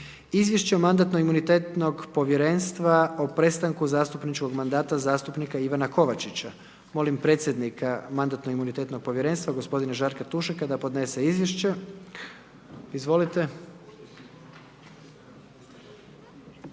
Izvješće o mandatno-imunitetnog povjerenstva o prestanku zastupničkog mandata zastupnika Ivana Kovačića. Molim predsjednika mandatno-imunitetnog povjerenstva gospodina Žarka Tušeka da podnese izvješće, izvolite.